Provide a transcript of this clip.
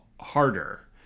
harder